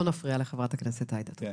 לא נפריע לחברת הכנסת עאידה תומא סלימאן.